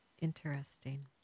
interesting